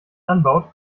anbaut